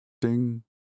ding